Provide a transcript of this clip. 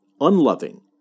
unloving